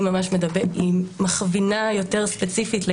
התוספת הראשונה מנציחה את מה שקיים היום בחוק,